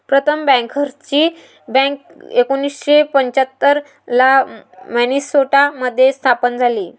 प्रथम बँकर्सची बँक एकोणीसशे पंच्याहत्तर ला मिन्सोटा मध्ये स्थापन झाली